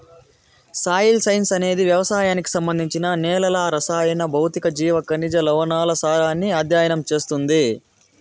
soil science అనేది వ్యవసాయానికి సంబంధించి నేలల రసాయన, భౌతిక, జీవ, ఖనిజ, లవణాల సారాన్ని అధ్యయనం చేస్తుంది